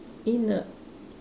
in a